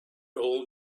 old